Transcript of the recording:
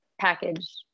package